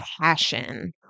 passion